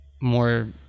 more